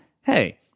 Hey